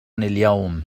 اليوم